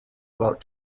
about